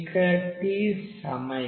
ఇక్కడ t సమయం